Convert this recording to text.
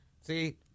See